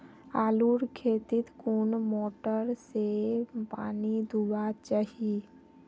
आलूर खेतीत कुन मोटर से पानी दुबा चही?